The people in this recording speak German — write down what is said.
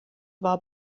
war